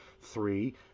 three